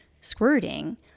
squirting